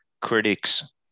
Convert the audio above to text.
critics